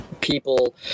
people